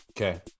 Okay